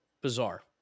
Bizarre